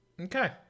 Okay